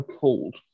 pulled